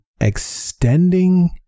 extending